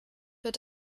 wird